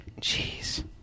Jeez